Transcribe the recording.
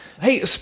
Hey